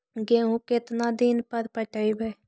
गेहूं केतना दिन पर पटइबै?